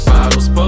Bottles